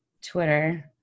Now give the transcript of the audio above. twitter